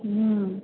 ହୁଁ